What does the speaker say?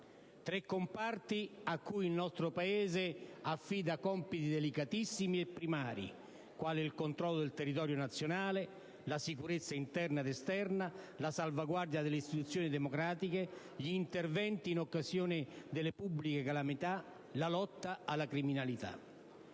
Tre comparti a cui il nostro Paese affida compiti delicatissimi e primari, quali il controllo del territorio nazionale, la sicurezza interna ed esterna, la salvaguardia delle istituzioni democratiche, gli interventi in occasione delle pubbliche calamità, la lotta alla criminalità.